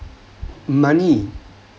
money